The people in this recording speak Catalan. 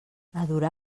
adorar